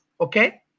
okay